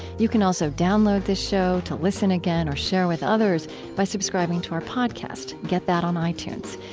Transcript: you can also download this show to listen again or share with others by subscribing to our podcast. get that on itunes.